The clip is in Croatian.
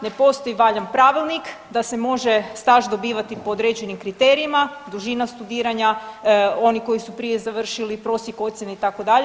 Ne postoji valjan pravilnik da se može staž dobivati po određenim kriterijima, dužina studiranja, oni koji su prije završili, prosjek ocjena itd.